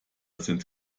sind